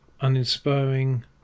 uninspiring